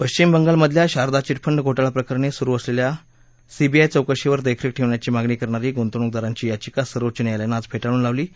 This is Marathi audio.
पश्चिम बंगालमधल्या शारदा विटफंड घोटाळाप्रकरणी सुरु असलेल्या सीबीआय चौकशीवर देखरेख ठेवण्याची मागणी करणारी गुंतवणूकदारांची याचिका सर्वोच्च न्यायालयानं आज फेटाळून लावली आहे